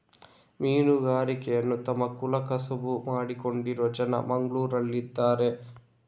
ಮೀನುಗಾರಿಕೆಯನ್ನ ತಮ್ಮ ಕುಲ ಕಸುಬು ಮಾಡಿಕೊಂಡಿರುವ ಜನ ಮಂಗ್ಳುರಲ್ಲಿ ಇದಾರೆ